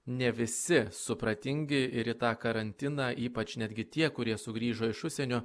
ne visi supratingi ir į tą karantiną ypač netgi tie kurie sugrįžo iš užsienio